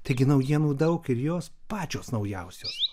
taigi naujienų daug ir jos pačios naujausios